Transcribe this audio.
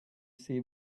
see